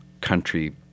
country